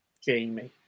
Jamie